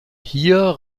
hier